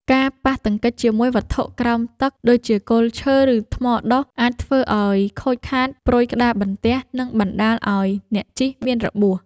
ការប៉ះទង្គិចជាមួយវត្ថុក្រោមទឹក ដូចជាគល់ឈើ ឬថ្មដុះ អាចធ្វើឱ្យខូចខាតព្រុយក្តារបន្ទះ និងបណ្ដាលឱ្យអ្នកជិះមានរបួស។